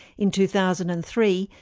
in two thousand and three,